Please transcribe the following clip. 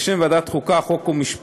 בשם ועדת החוקה, חוק ומשפט,